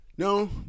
No